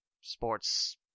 sports